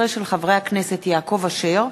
2014, של חברי הכנסת יעקב אשר,